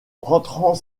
rentrant